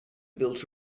built